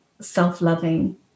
self-loving